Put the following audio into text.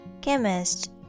chemist